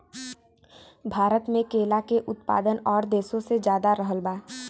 भारत मे केला के उत्पादन और देशो से ज्यादा रहल बा